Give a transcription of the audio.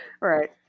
Right